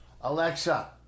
Alexa